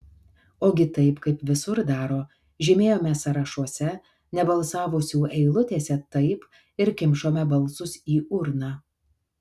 ogi taip kaip visur daro žymėjome sąrašuose nebalsavusių eilutėse taip ir kimšome balsus į urną